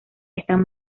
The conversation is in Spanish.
están